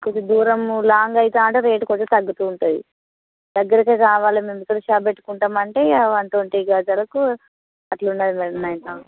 కొంచెం దూరం లాంగ్ అవుతూ అంటే రేటు కొంచం తగ్గుతూ ఉంటది దగ్గరగా కావాలే మేమిక్కడ షాప్ పెట్టుకుంటాం అంటే వన్ ట్వంటీ గజాలకు అట్లున్నది మేడం నైన్ థౌజండ్